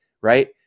right